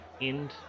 end